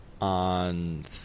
on